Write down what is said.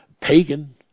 pagan